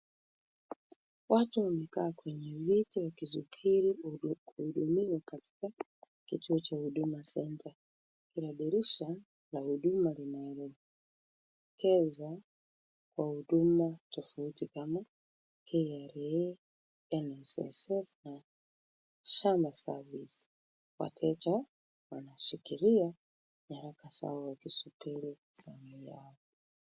Watu wamekaa kwenye viti wakisubiri kuhudumiwa katika kituo cha Huduma Centre. Kuna dirisha la huduma linaloelekeza kwa huduma tofauti kama; KRA, NSSF na SHA service . Wateja wanashikilia nyaraka zao wakisubiri zamu yao.